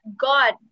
God